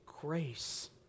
grace